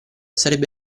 sarebbe